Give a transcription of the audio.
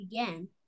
again